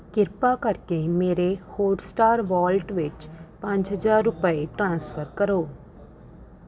ਕਿਰਪਾ ਕਰਕੇ ਮੇਰੇ ਹੌਟਸਟਾਰ ਵਾਲਟ ਵਿੱਚ ਪੰਜ ਹਜ਼ਾਰ ਰੁਪਏ ਟ੍ਰਾਂਸਫਰ ਕਰੋ